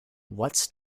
what’s